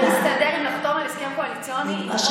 איך זה מסתדר עם אותו הסכם קואליציוני, בדיוק.